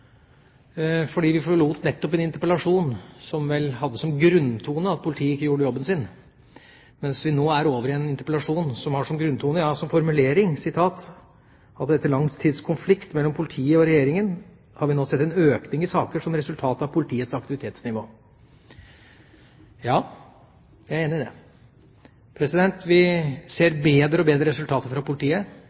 fordi den kaster lys over en litt paradoksal situasjon: Vi avsluttet nettopp en interpellasjon som vel hadde som grunntone at politiet ikke gjorde jobben sin, mens vi nå er over i en interpellasjon som har som grunntone, som formulering «at vi etter lang tids konflikt mellom politiet og regjeringen nå har sett en økning i saker som resultat av politiets aktivitetsnivå». Ja, jeg er enig i det. Vi ser bedre og bedre resultater fra politiet.